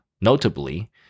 notably